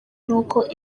nuko